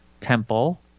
Temple